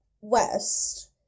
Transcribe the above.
West